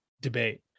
debate